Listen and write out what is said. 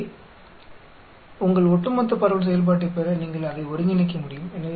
எனவே உங்கள் ஒட்டுமொத்த பரவல் செயல்பாட்டைப் பெற நீங்கள் அதை ஒருங்கிணைக்க முடியும்